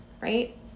right